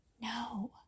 no